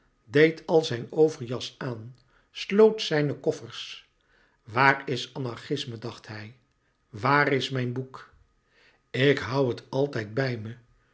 deed al zijn overjas aan sloot zijne koffers waar is anarchisme dacht hij waar is mijn boek ik hoû het altijd bij me